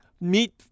meet